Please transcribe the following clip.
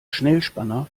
schnellspanner